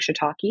shiitake